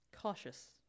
cautious